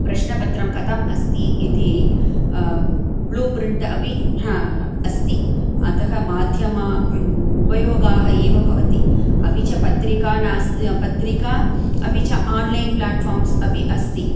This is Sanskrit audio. प्रश्नपत्रं कथम् अस्ति इति ब्लु प्रिण्ट् अपि अस्ति अतः माध्यमाः उपयोगाः एव भवति अपि च पत्रिका पत्रिका अपि च आन्लैन् प्लाट्फ़ार्म्स् अपि अस्ति